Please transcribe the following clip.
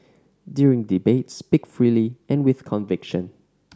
during debates speak freely and with conviction